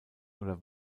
oder